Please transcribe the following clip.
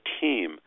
team